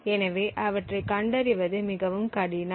எனவே அவற்றை கண்டறிவது மிகவும் கடினம்